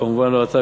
כמובן לא אתה,